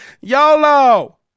YOLO